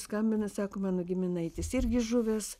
skambina sako mano giminaitis irgi žuvęs